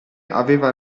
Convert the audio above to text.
aveva